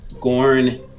Gorn